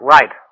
Right